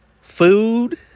food